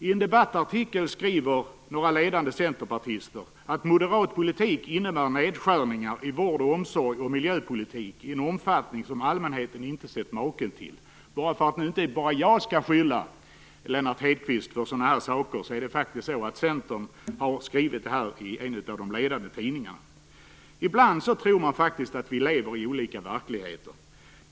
I en debattartikel skriver några ledande centerpartister att moderat politik innebär nedskärningar i vård, omsorg och miljöpolitik i en omfattning som allmänheten inte sett maken till. Jag nämner detta för att inte bara jag skall skylla Lennart Hedquist för sådana här saker. Centern har faktiskt skrivit det här i en av de ledande tidningarna. Ibland tror man faktiskt att vi lever i olika verkligheter.